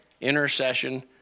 intercession